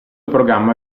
programma